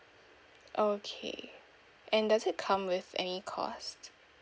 okay and does it come with any cost